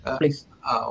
please